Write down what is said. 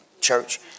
church